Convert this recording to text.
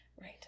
right